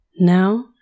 Now